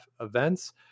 events